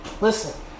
Listen